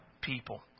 people